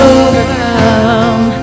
overcome